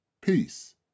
Peace